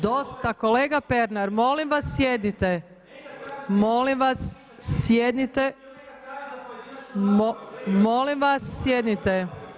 Dosta kolega Pernar, molim vas sjednite … [[Upadica sa strane se ne čuje.]] molim vas sjednite … [[Upadica sa strane se ne čuje.]] molim vas sjednite.